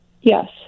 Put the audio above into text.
yes